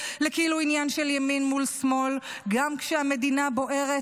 לכאילו עניין של ימין מול שמאל גם כשהמדינה בוערת,